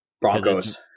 Broncos